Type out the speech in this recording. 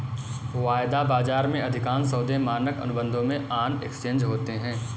वायदा बाजार में, अधिकांश सौदे मानक अनुबंधों में ऑन एक्सचेंज होते हैं